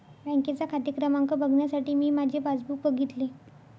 बँकेचा खाते क्रमांक बघण्यासाठी मी माझे पासबुक बघितले